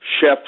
chef